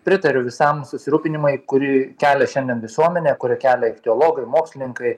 pritariu visam susirūpinimui kurį kelia šiandien visuomenė kurį kelia ichteologai mokslininkai